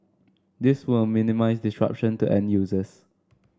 this will minimise disruption to end users